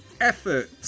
effort